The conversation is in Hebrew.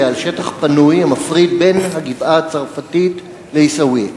על שטח פנוי המפריד בין הגבעה-הצרפתית לעיסאוויה.